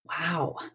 Wow